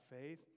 faith